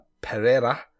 Pereira